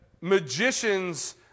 magicians